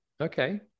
Okay